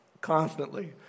constantly